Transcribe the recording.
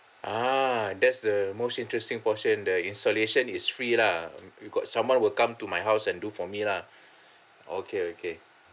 ah that's the most interesting portion the installation is free lah you you got someone will come to my house and do for me lah okay okay